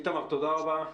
איתמר, תודה רבה.